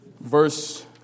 Verse